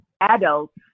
adults